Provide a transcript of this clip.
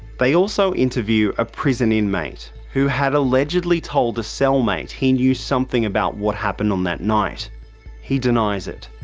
they also interview a prison inmate who had allegedly told a cellmate he knew something about what happened on that night he denies it.